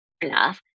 enough